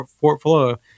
portfolio